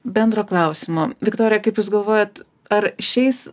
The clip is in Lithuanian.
bendro klausimo viktorija kaip jūs galvojat ar šiais